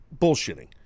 bullshitting